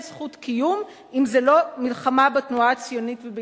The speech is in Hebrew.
זכות קיום אם זה לא מלחמה בתנועה הציונית ובישראל.